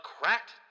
Cracked